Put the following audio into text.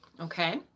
okay